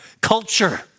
Culture